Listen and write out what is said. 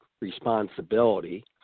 responsibility